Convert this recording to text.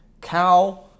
cow